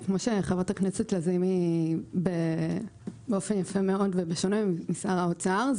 כמו שאמרה חברת הכנסת נעמה לזימי באופן יפה מאוד ובשונה משר האוצר.